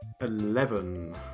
Eleven